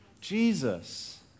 Jesus